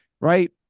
right